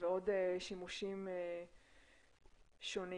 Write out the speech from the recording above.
ועוד שימושים שונים